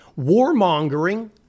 warmongering